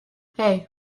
hey